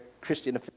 Christian